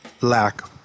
lack